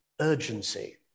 urgency